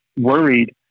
worried